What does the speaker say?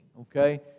okay